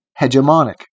hegemonic